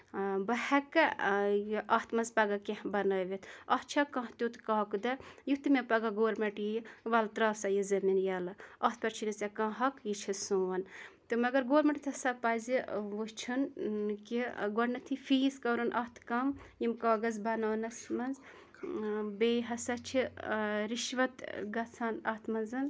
بہٕ ہیٚکاہ یہِ اَتھ منٛز پَگاہ کیٚنٛہہ بَنٲوِتھ اَتھ چھا کانٛہہ تیُتھ کاکُدا یُتھ نہٕ مےٚ پَگاہ گورمیٚنٛٹ یِیہِ ولہٕ ترٛاو سا یہِ زٔمیٖن یلہٕ اَتھ پیٚٹھ چھُے نہٕ ژےٚ کانٛہہ حق یہِ چھُ سوٚن تہٕ مَگر گورمیٚنٛٹَس ہسا پَزِ وُچھُن کہِ گۄڈٕنیٚتھٕے فیٖس کَرُن اَتھ کَم یِم کاغذ بَناونَس منٛز بیٚیہِ ہسا چھِ رِشوت گژھان اَتھ منٛز